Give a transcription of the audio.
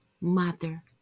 mother